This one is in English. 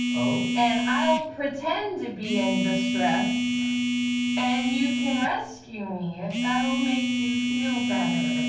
and i'll pretend to be in distress and you can rescue me if that'll make you feel better.